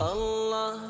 Allah